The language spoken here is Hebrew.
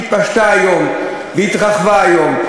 שהתפשטה והתרחבה היום,